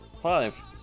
Five